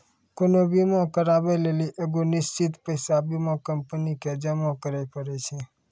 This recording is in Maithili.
कोनो बीमा कराबै लेली एगो निश्चित पैसा बीमा कंपनी के जमा करै पड़ै छै